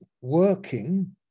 working